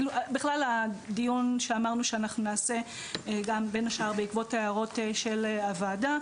הדיון שאמרנו שנעשה בין השאר בעקבות ההערות של הוועדה,